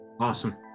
Awesome